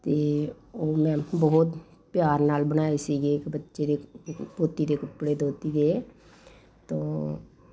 ਅਤੇ ਉਹ ਮੈਂ ਬਹੁਤ ਪਿਆਰ ਨਾਲ ਬਣਾਏ ਸੀਗੇ ਇੱਕ ਬੱਚੇ ਦੇ ਪੋਤੀ ਦੇ ਕੱਪੜੇ ਦੋਹਤੀ ਦੇ ਤੋ